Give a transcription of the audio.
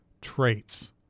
traits